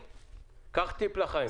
קח טיפ לחיים.